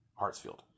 Hartsfield